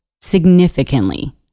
significantly